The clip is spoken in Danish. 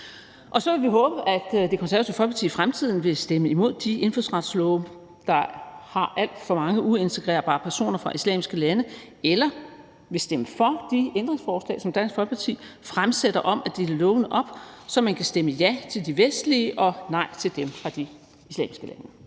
Så vil vi håbe, at Det Konservative Folkeparti i fremtiden vil stemme imod de indfødsretslove, der har alt for mange uintegrerbare personer fra islamiske lande, eller vil stemme for de ændringsforslag, som Dansk Folkeparti stiller, om at dele lovene op, så man kan stemme ja til de vestlige og nej til dem fra de islamiske lande.